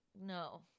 No